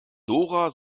dora